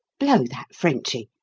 blow that frenchy!